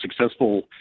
successful